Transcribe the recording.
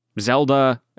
Zelda